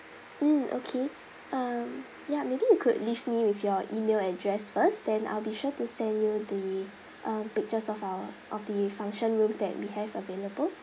mm okay uh ya maybe you could leave me with your email address first then I'll be sure to send you the uh pictures of our of the function rooms that we have available